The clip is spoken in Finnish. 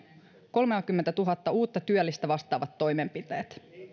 kolmeakymmentätuhatta uutta työllistä vastaavat toimenpiteet